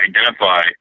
identify